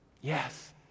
Yes